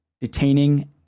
Detaining